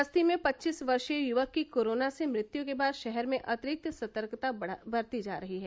बस्ती में पच्चीस वर्षीय युवक की कोरोना से मृत्यु के बाद शहर में अतिरिक्त सतर्कता बरती जा रही है